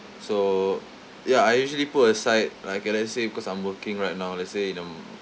so ya I usually put aside like K let's say because I'm working right now let's say in a